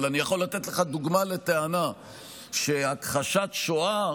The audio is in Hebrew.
אבל אני יכול לתת לך דוגמה, הכחשת שואה